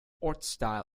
ortsteil